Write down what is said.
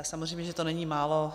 Samozřejmě že to není málo.